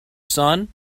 sun